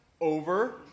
over